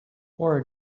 for